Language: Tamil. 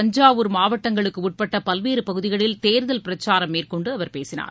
தஞ்சாவூர் மாவட்டங்களுக்குட்பட்ட பல்வேறு பகுதிகளில் தேர்தல் பிரச்சாரம் மேற்கொண்டு அவர் பேசினார்